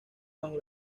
bajo